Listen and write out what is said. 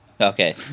Okay